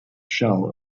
shell